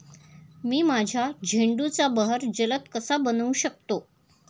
मी माझ्या झेंडूचा बहर जलद कसा बनवू शकतो?